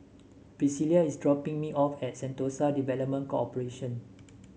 Priscila is dropping me off at Sentosa Development Corporation